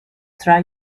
try